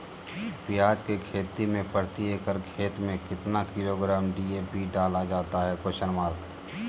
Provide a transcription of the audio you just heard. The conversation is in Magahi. प्याज की खेती में प्रति एकड़ खेत में कितना किलोग्राम डी.ए.पी डाला जाता है?